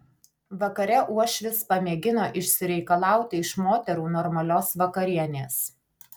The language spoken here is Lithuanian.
vakare uošvis pamėgino išsireikalauti iš moterų normalios vakarienės